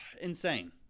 Insane